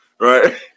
Right